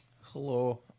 Hello